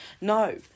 No